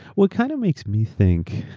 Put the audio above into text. what kind of makes me think,